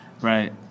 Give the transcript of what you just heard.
Right